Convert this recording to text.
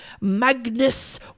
Magnus